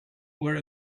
were